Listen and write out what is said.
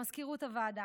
למזכירות הוועדה,